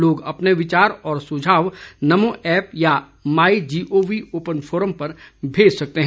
लोग अपने विचार और सुझाव नमो ऐप या माई जीओवी ओपन फोरम पर भेज सकते हैं